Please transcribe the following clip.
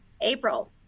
April